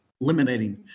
eliminating